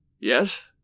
Yes